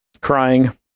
crying